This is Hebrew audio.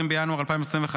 20 בינואר 2025,